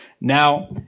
Now